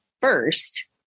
first